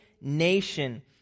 nation